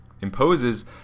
imposes